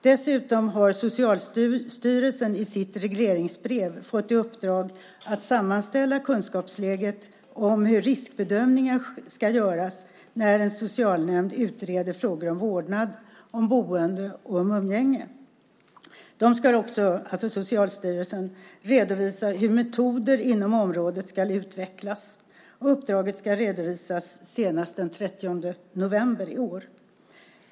Dessutom har Socialstyrelsen i sitt regleringsbrev fått i uppdrag att sammanställa kunskapsläget när det gäller hur riskbedömningar ska göras när en socialnämnd utreder frågor om vårdnad, boende och umgänge. Socialstyrelsen ska också redovisa hur metoder inom området ska utvecklas. Uppdraget ska redovisas senast den 30 november i år.